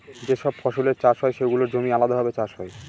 যে সব ফসলের চাষ হয় সেগুলোর জমি আলাদাভাবে চাষ হয়